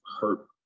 hurt